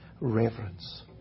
reverence